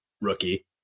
rookie